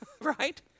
right